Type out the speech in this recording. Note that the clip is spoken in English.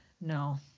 No